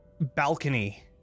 balcony